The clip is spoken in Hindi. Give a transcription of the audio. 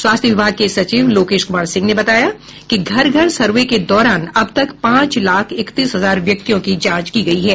स्वास्थ्य विभाग के सचिव लोकेश कुमार सिंह ने बताया कि घर घर सर्वे के दौरान अब तक पांच लाख इकतीस हजार व्यक्तियों की जांच की गयी है